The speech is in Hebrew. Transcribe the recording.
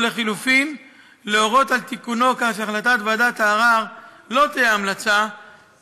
או לחלופין להורות על תיקונו כך שהחלטת ועדת הערר לא תהיה המלצה,